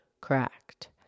Correct